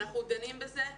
אנחנו דנים בזה,